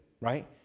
right